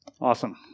Awesome